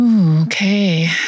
Okay